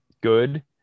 good